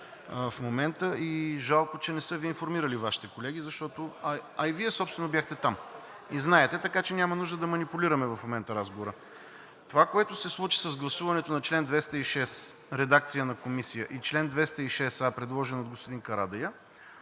в момента, и жалко, че не са Ви информирали Вашите колеги, защото и Вие собствено бяхте там и знаете, така че няма нужда да манипулираме в момента разговора. Това, което се случи с гласуването на чл. 206, редакция на Комисията, и чл. 206а, предложен от господин Карадайъ,